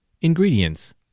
Ingredients